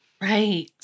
Right